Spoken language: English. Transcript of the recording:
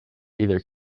either